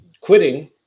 quitting